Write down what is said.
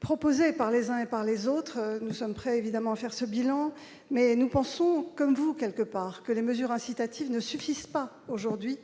proposées par les uns et par les autres, nous sommes prêts évidemment faire ce bilan mais nous pensons, comme vous, quelque part, que les mesures incitatives ne suffisent pas, aujourd'hui,